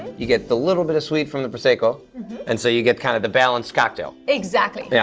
you get the little bit of sweet from the prosecco and so you get kind of the balanced cocktail? exactly. yeah